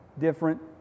different